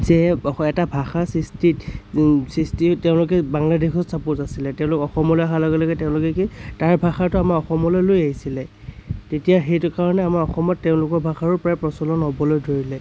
যে এটা ভাষা সৃষ্টিত সৃষ্টিত তেওঁলোকে বাংলাদেশৰ চাপৰ্চ আছিলে তেওঁলোকে অসমলৈ আহা লগে লগে তেওঁলোকে কি তাৰ ভাষাতো আমাৰ অসমলৈ লৈ আহিছিলে এতিয়া সেইটো কাৰণে আমাৰ অসমত তেওঁলোকৰ ভাষাটোৰ প্ৰায় প্ৰচলন হ'বলৈ ধৰিলে